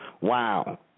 Wow